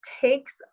takes